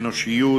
אנושיות,